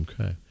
Okay